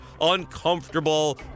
uncomfortable